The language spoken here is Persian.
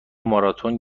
ماراتن